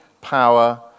power